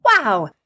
wow